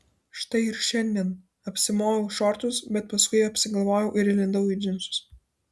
štai ir šiandien apsimoviau šortus bet paskui apsigalvojau ir įlindau į džinsus